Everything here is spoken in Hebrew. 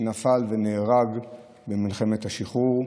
שנפל ונהרג במלחמת השחרור.